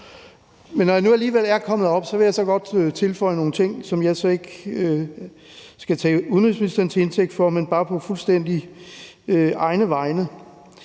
Men når jeg nu alligevel er kommet herop på talerstolen, vil jeg godt tilføje nogle ting, som jeg så ikke skal tage udenrigsministeren til indtægt for, men som bare fuldstændig er på egne